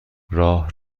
راه